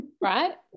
right